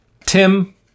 Tim